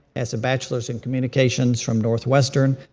has a bachelor's in communications from northwestern,